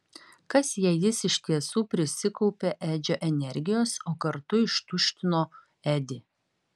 kas jei jis iš tiesų prisikaupė edžio energijos o kartu ištuštino edį